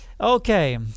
okay